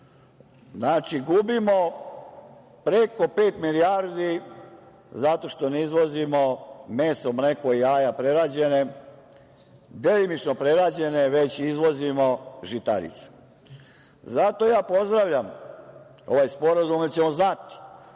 Znači, gubimo preko pet milijardi zato što ne izvozimo meso, mleko i jaja prerađene, delimično prerađene, već izvozimo žitarice. Zato ja pozdravljam ovaj sporazum, jer ćemo znati